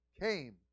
came